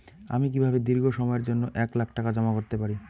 আমি কিভাবে দীর্ঘ সময়ের জন্য এক লাখ টাকা জমা করতে পারি?